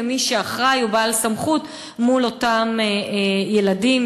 כמי שאחראי ובעל סמכות מול אותם ילדים,